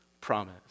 promise